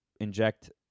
inject